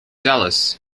dallas